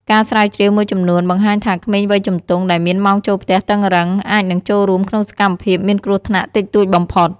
ការស្រាវជ្រាវមួយចំនួនបង្ហាញថាក្មេងវ័យជំទង់ដែលមានម៉ោងចូលផ្ទះតឹងរឹង អាចនឹងចូលរួមក្នុងសកម្មភាពមានគ្រោះថ្នាក់តិចតួចបំផុត។